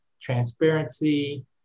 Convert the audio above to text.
transparency